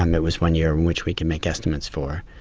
um it was one year and which we can make estimates for.